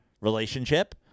relationship